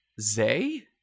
Zay